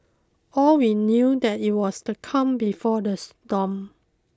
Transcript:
all we knew that it was the calm before the storm